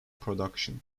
productions